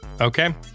Okay